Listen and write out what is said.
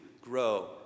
grow